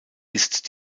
ist